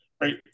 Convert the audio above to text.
right